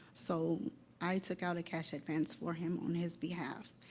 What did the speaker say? so i took out a cash advance for him on his behalf.